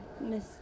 Miss